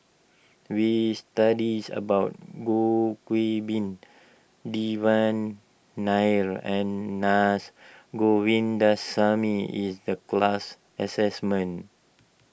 we studied about Goh Qiu Bin Devan Nair and Naa Govindasamy in the class assignment